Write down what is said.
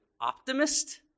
optimist